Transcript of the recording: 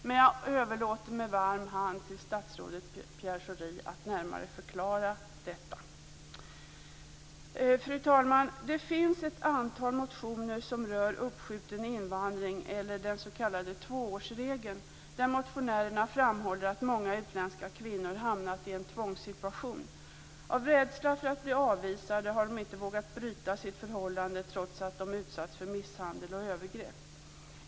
Men jag överlåter med varm hand till statsrådet Pierre Schori att närmare förklara detta. Fru talman! Det finns ett antal motioner som rör uppskjuten invandring eller den s.k. tvåårsregeln där motionärerna framhåller att många utländska kvinnor hamnat i en tvångssituation. Av rädsla för att bli avvisade har de inte vågat bryta sitt förhållande trots att de utsatts för misshandel och övergrepp.